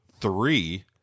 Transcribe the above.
three